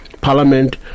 parliament